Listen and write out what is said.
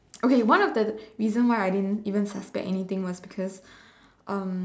okay one of the reason why I didn't even suspect anything was because um